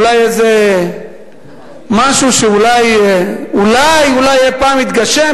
אולי משהו שאולי אולי אי-פעם יתגשם,